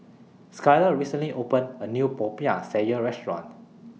Skyla recently opened A New Popiah Sayur Restaurant